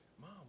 Mom